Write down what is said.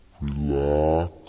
relax